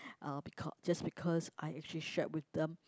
uh because just because I actually shared with them